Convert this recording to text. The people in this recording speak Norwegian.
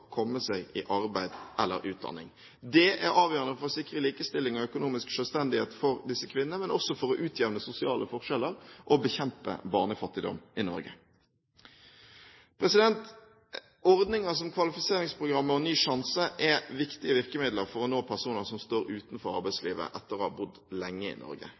komme seg i arbeid eller utdanning. Det er avgjørende for å sikre likestilling og økonomisk selvstendighet for disse kvinnene, men også for å utjevne sosiale forskjeller og bekjempe barnefattigdom i Norge. Ordninger som kvalifiseringsprogrammet Ny sjanse er viktige virkemidler for å nå personer som står utenfor arbeidslivet etter å ha bodd lenge i Norge.